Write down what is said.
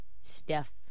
Steph